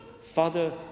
Father